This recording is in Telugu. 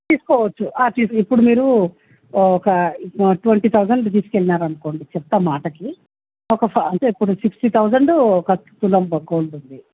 తీసుకోవచ్చు తీసుకో ఇప్పుడు మీరు ఒక ఇ ట్వంటీ థౌసండ్ తీసుకు వెళ్ళినారు అనుకోండి చెప్తా మాటకి ఒక ఫా అంటే ఇప్పుడు సిక్స్టీ థౌసండ్ ఒక తులం గోల్డ్ ఉంది